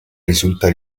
risulta